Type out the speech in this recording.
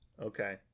Okay